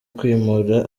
kwimura